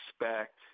respect